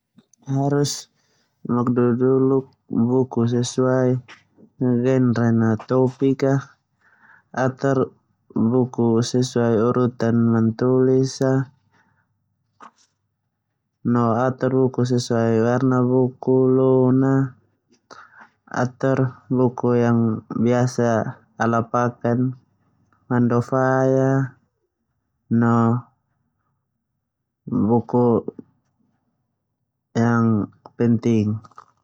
Harus nakaduduluk buku sesuau genre, topik. Atur buku sesuau ururan mantulis buku, no atur buku sesuai warna buku loon na no atur buku yang biasa ala paken buku ndia.